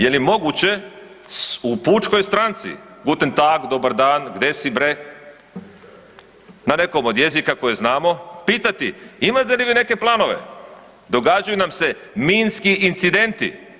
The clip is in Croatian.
Je li moguće u Pučkoj stranci guten tag, dobar dan, gde si bre na nekom od jezika koje znamo pitati imate li vi neke planove, događaju nam se minski incidenti.